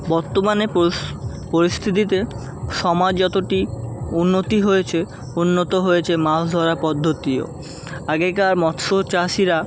বর্তমানে পস পরিস্থিতিতে সমাজ যতটি উন্নতি হয়েছে উন্নত হয়েছে মাছ ধরার পদ্ধতিও আগেকার মৎস্য চাষিরা